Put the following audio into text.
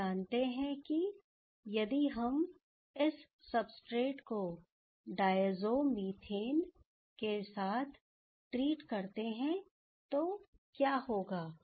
हम जानते हैं कि यदि हम इस सब्सट्रेट को डायज़ो मीथेन के साथ ट्रीट करते हैं तो क्या होगा